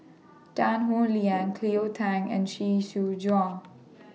Tan Howe Liang Cleo Thang and Chee Soon Juan